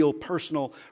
personal